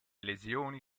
lesioni